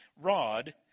rod